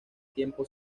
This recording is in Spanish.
tiempo